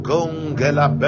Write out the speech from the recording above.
Gongela